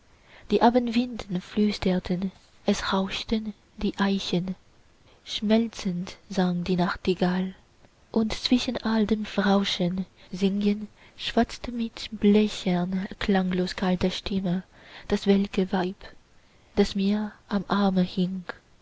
die abendwinde flüsterten es rauschten die eichen schmelzend sang die nachtigall und zwischen all dem flüstern rauschen singen schwatzte mit blechern klanglos kalter stimme das welke weib das mir am arme hing